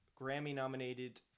grammy-nominated